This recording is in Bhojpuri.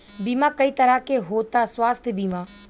बीमा कई तरह के होता स्वास्थ्य बीमा?